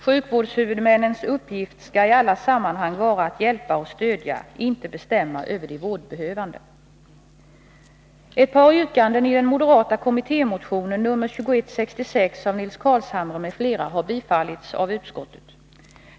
Sjukvårdshuvudmännens uppgift skall i alla sammanhang vara att hjälpa och stödja — inte bestämma över de vårdbehövande. Carlshamre m.fl., har tillstyrkts av utskottet.